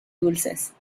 dulces